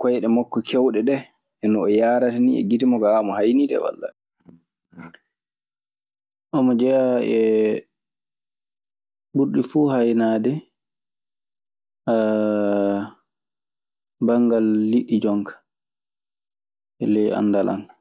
koy ɗe makko cewɗe ɗee. E nomo yaaratanii e gitte makko omo hayni de wallaahi. Omo jeyaa e ɓurɗi fuu haynaade banngal liɗɗi jon ka. E ley anndal an ka.